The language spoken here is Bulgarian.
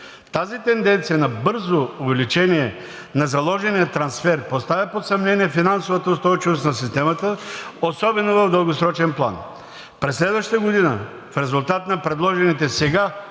Тази тенденция на бързо увеличение на заложения трансфер поставя под съмнение финансовата устойчивост на системата, особено в дългосрочен план. През следващата година в резултат на предложените сега